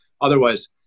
otherwise